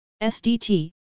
SDT